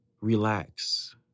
Relax